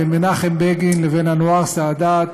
בין מנחם בגין לבין אנואר סאדאת,